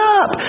up